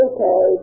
Okay